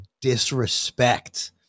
disrespect